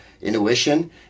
intuition